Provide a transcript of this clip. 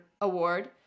award